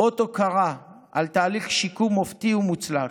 אות הוקרה על תהליך שיקום מופתי ומוצלח.